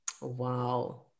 Wow